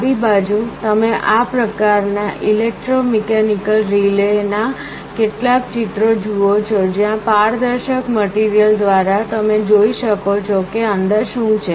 ડાબી બાજુ તમે આ પ્રકાર ના ઇલેક્ટ્રોમિકેનિકલ રિલે ના કેટલાક ચિત્રો જુઓ છો જ્યાં પારદર્શક મટીરીઅલ દ્વારા તમે જોઈ શકો છો કે અંદર શું છે